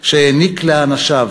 שהעניק לאנשיו,